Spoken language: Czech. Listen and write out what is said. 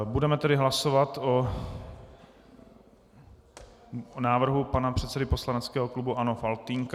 Budeme tedy hlasovat o návrhu pana předsedy poslaneckého klubu ANO Faltýnka.